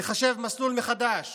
לחשב מסלול מחדש